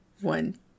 one